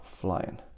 flying